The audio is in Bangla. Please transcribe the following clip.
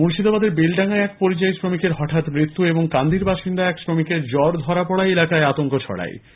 মুর্শিদাবাদের বেলডাঙ্গায় এক পরিযায়ী শ্রমিকের হঠাৎ মৃত্যু এবং কান্দির বাসিন্দা এক শ্রমিকের জ্বর ধরা পরায় এলাকায় আতঙ্ক ছড়িয়েছে